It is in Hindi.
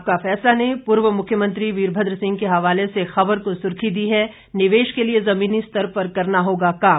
आपका फैसला ने पूर्व मुख्यमंत्री वीरमद्र सिंह के हवाले से खबर को सुर्खी दी है निवेश के लिए जुमीनी स्तर पर करना होगा काम